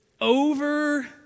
over